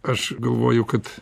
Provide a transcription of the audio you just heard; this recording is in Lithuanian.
aš galvoju kad